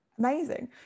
amazing